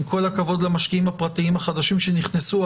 עם כל הכבוד למשקיעים הפרטיים החדשים שנכנסו,